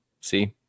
See